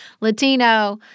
Latino